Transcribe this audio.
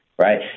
Right